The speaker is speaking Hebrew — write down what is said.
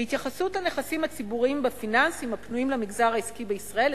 "בהתייחסות הנכסים הציבוריים בפיננסים הפנויים למגזר העסקי בישראל,